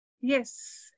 Yes